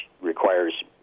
requires